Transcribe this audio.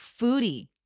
Foodie